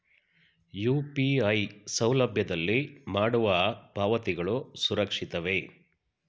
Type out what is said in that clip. UPI ಸೌಲಭ್ಯದಲ್ಲಿ ಮಾಡುವ ಪಾವತಿಗಳು ಸುರಕ್ಷಿತವೇ?